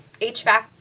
HVAC